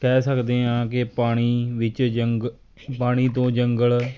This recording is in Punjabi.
ਕਹਿ ਸਕਦੇ ਹਾਂ ਕਿ ਪਾਣੀ ਵਿੱਚ ਜੰਗ ਪਾਣੀ ਤੋਂ ਜੰਗਲ